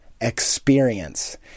experience